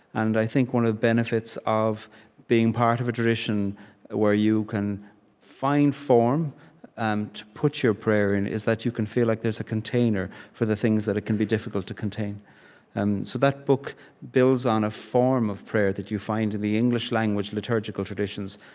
and i think one of the benefits of being part of a tradition where you can find form um to put your prayer in is that you can feel like there's a container for the things that it can be difficult to contain and so that book builds on a form of prayer that you find in the english-language liturgical traditions.